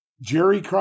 Jerry